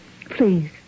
Please